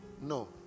no